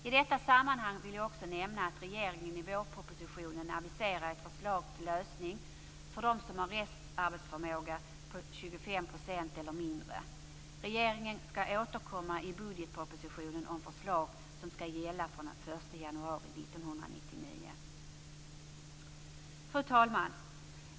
I detta sammanhang vill jag också nämna att regeringen i vårpropositionen aviserar ett förslag till lösning för dem som har restarbetsförmåga på 25 % eller mindre. Regeringen skall i budgetpropositionen återkomma med förslag som skall gälla från den 1 januari Fru talman!